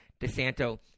DeSanto